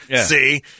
see